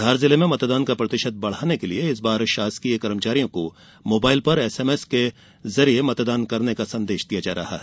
धार जिले में मतदान का प्रतिशत बढ़ाने के लिये इस बार शासकीय कर्मचारियों को मोबाइल पर एस एम एस भेजकर मतदान करने का संदेश दिया जा रहा है